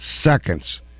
seconds